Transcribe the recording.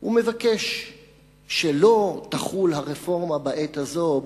הוא מבקש שלא תחול הרפורמה בעת הזאת,